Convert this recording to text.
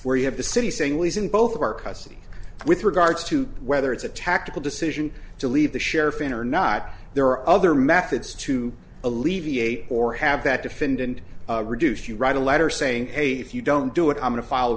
where you have the city saying we as in both of our custody with regards to whether it's a tactical decision to leave the sheriff in or not there are other methods to alleviate or have that defendant reduce you write a letter saying hey if you don't do it i'm going to file